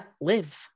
live